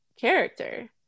character